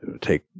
take